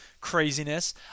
craziness